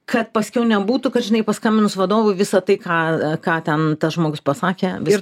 kad paskiau nebūtų kad žinai paskambinus vadovui visa tai ką ką ten tas žmogus pasakė viskas